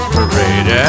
Parade